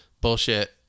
bullshit